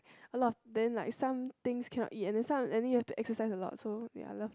a lot of and then like somethings cannot eat and then some and you need to exercise a lot so I love that